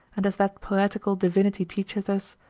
and as that poetical divinity teacheth us,